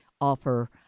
offer